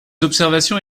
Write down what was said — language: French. observations